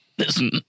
Listen